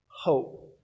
hope